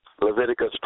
Leviticus